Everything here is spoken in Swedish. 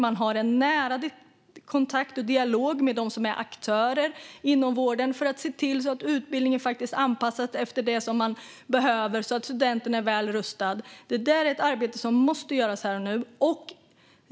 Man har en nära kontakt och dialog med aktörerna inom vården för att se till att utbildningen anpassas efter vad som behövs för att studenterna ska vara väl rustade. Detta är ett arbete som måste göras här och nu.